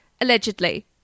allegedly